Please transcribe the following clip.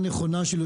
ישראל.